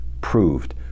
proved